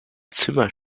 zimmer